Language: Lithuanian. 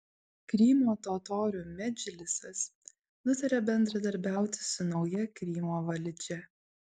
krymo totorių medžlisas nutarė bendradarbiauti su nauja krymo valdžia